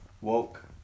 woke